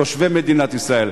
תושבי מדינת ישראל.